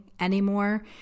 anymore